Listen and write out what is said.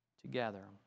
together